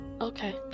okay